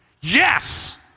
Yes